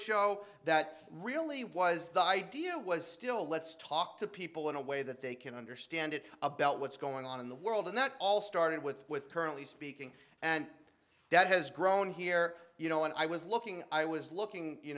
show that really was the idea was still let's talk to people in a way that they can understand it about what's going on in the world and that all started with with currently speaking and that has grown here you know and i was looking i was looking you